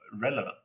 relevant